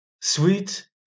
sweet